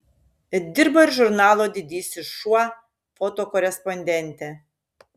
dirbo ir žurnalo didysis šuo fotokorespondente